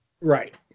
Right